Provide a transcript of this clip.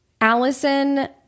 Allison